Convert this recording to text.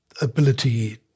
ability